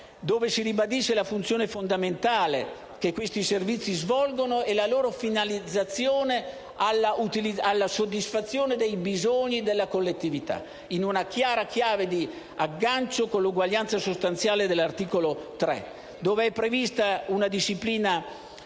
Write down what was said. cui si ribadisce la funzione fondamentale che questi servizi svolgono e la loro finalizzazione alla soddisfazione dei bisogni della collettività in una chiara chiave di aggancio con l'uguaglianza sostanziale dell'articolo 3, in cui è prevista una disciplina